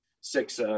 six